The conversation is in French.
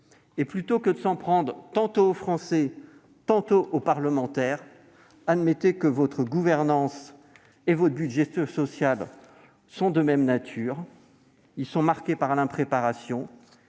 Plutôt que de vous en prendre tantôt aux Français, tantôt aux parlementaires, admettez que votre gouvernance et votre budget social sont de même nature : marqués par l'impréparation.